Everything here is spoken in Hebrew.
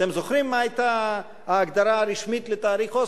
אתם זוכרים מה היתה ההגדרה הרשמית של תהליך אוסלו?